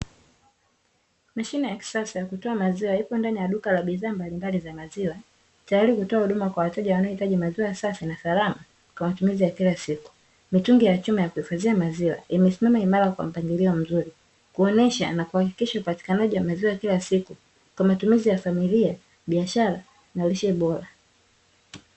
Mashine ya kisasa ya kutoa maziwa, lipo ndani ya duka la bidhaa mbalimbali za maziwa. Tayari kutoa huduma kwa wateja wanao hitaji maziwa safi na salama, kwa matumizi ya kila siku. Mitungi ya chuma ya kuhifadhia maziwa, imesimama imara kwa mpangilio mzuri, kuonesha na kuhakikisha upatikanaji wa maziwa kila siku, kwa matumizi ya familia, biashara na lishe bora.